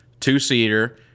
Two-seater